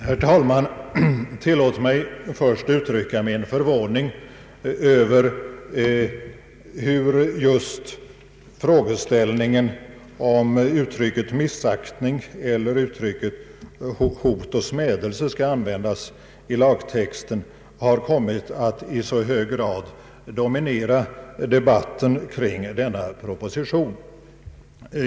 Herr talman! Tillåt mig först att uttala min förvåning över hur just frågeställningen om uttrycket ”missaktning” eller uttrycket ”hot och smädelse” skall användas i lagtexten har kommit att i så hög grad dominera debatten kring denna proposition.